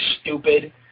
stupid